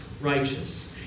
righteous